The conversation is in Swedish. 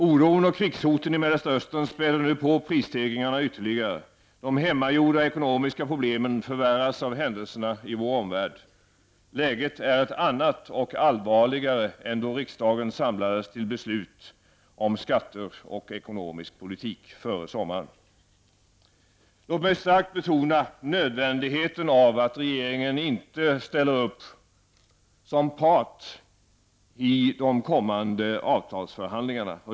Oron och krigshoten i Mellersta Östern späder nu på prisstegringarna ytterligare. De hemmagjorda ekonomiska problemen förvärras av händelserna i vår omvärld. Läget är ett annat och allvarligare än då riksdagen före sommaren samlades till beslut om skatter och ekonomisk politik. Låt mig starkt betona nödvändigheten av att regeringen inte deltar som part i de kommande avtalsförhandlingarna.